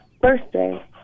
Birthday